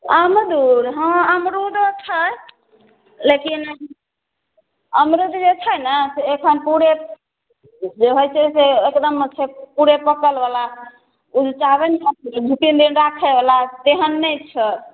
अमरूद हँ अमरूदो छै लेकिन अमरुद जे छै ने से एखन पूरे जे होइछै जे एकदम पूरे पकलवला सब उ चाहबै ने दू तीन दिन राखैवला तेहन नहि छै